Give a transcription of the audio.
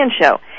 show